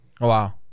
Wow